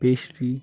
pastry